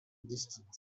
distance